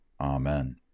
Amen